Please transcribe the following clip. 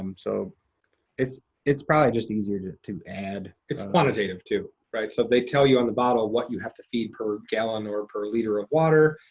um so it's it's probably just easier to to add it's quantitative, too, right? so they tell you on the bottle what you have to feed per gallon or per liter of water.